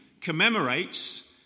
commemorates